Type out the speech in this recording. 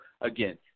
again